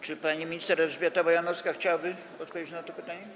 Czy pani minister Elżbieta Bojanowska chciałaby odpowiedzieć na to pytanie?